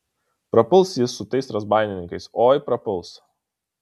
prapuls jis su tais razbaininkais oi prapuls